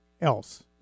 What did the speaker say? else